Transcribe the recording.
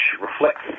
reflects